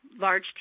large